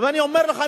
אני אומר לך,